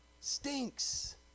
stinks